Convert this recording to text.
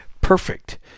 perfect